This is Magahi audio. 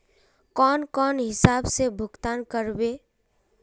लोन कौन हिसाब से भुगतान करबे?